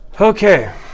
Okay